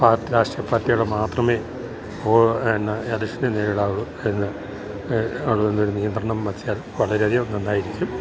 പാർ രാഷ്ട്രീയ പാർട്ടികൾ മാത്രമേ എന്ന എലക്ഷനിൽ നേരിടാവുള്ളു എന്ന് അത് കൊണ്ടൊരു നിയന്ത്രണം വെച്ചാൽ വളരെയധികം നന്നായിരിക്കും